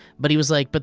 but he was like, but